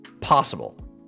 possible